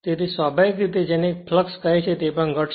તેથી સ્વાભાવિક રીતે કે જેને ખરેખર ફ્લક્ષ કહે છે તે પણ ઘટશે